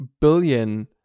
billion